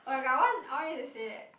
okay that one I want you to say